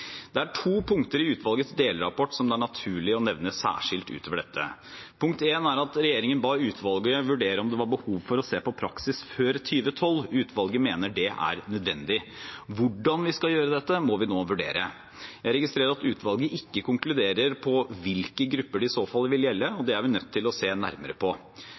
Det er to punkter i utvalgets delrapport som det er naturlig å nevne særskilt utover dette. Det første punktet er at regjeringen ba utvalget vurdere om det var behov for å se på praksis før 2012. Utvalget mener det er nødvendig. Hvordan vi skal gjøre dette, må vi nå vurdere. Jeg registrerer at utvalget ikke konkluderer på hvilke grupper det i så fall vil gjelde. Det er vi nødt til å se nærmere på.